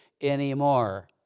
anymore